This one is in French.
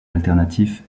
alternatif